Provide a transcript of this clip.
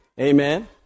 Amen